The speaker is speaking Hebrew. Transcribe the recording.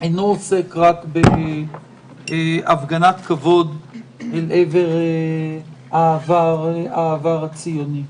לא עוסק רק בהפגנת כבוד אל עבר העבר הציוני.